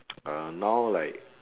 uh now like